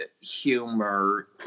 humor